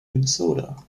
minnesota